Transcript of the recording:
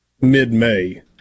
mid-May